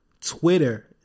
Twitter